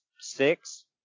six